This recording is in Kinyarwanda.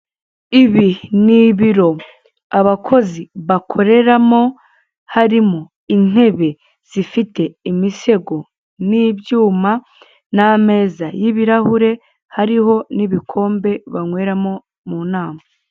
Ibi ni ibiro abakozi bakorera mo harimo inebe zifite imisego n'ibyuma n'ameza y'ibirahure hariho n'ibikombe banyweramo bari mu nama.